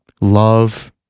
love